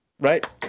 Right